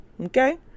Okay